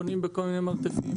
בונים בכל מיני מרתפים,